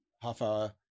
half-hour